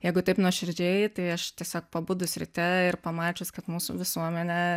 jeigu taip nuoširdžiai tai aš tiesiog pabudus ryte ir pamačius kad mūsų visuomenė